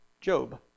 Job